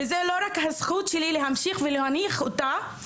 וזו לא רק הזכות שלי להמשיך ולהנכיח אותה,